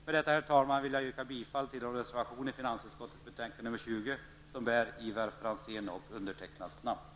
Med detta, herr talman, vill jag yrka bifall till de reservationer i finansutskottets betänkande nr 20 som undertecknats av Ivar Franzén och mig.